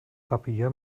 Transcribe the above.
tabea